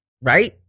right